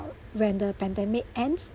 when the pandemic ends